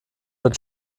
wird